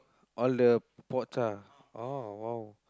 all the pots ah orh !wow!